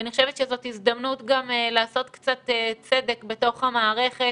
אני חושבת שזו הזדמנות גם לעשות קצת צדק בתוך המערכת